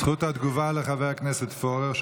זכות התגובה לחבר הכנסת פורר.